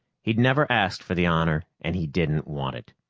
he'd never asked for the honor, and he didn't want it.